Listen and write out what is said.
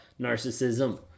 narcissism